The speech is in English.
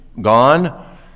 gone